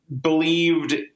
believed